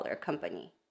company